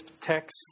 text